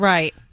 Right